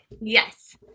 yes